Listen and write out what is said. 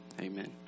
Amen